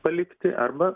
palikti arba